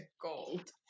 gold